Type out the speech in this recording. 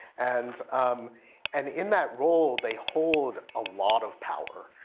and um and in that role they hold a lot of power.